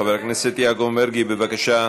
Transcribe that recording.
חבר הכנסת יעקב מרגי, בבקשה.